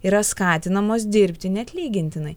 yra skatinamos dirbti neatlygintinai